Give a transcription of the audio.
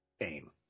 aim